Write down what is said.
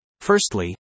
Firstly